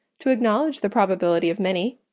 to acknowledge the probability of many,